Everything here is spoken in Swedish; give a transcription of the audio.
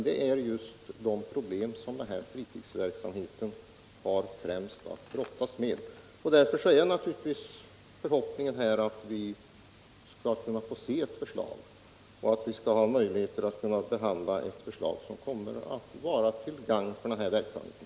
Det är just de problemen som fritidsverksamheten främst har att brottas med. Därför hoppas man allmänt att det skall läggas fram ett förslag och att vi får möjligheter att behandla det och nå resultat som blir till gagn för den allmänna fritidsverksamheten.